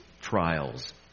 trials